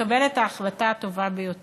לקבל את ההחלטה הטובה ביותר.